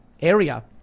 area